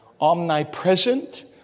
omnipresent